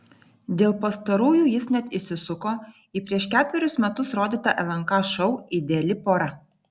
dėl pastarųjų jis net įsisuko į prieš ketverius metus rodytą lnk šou ideali pora